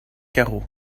carreaux